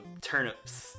turnips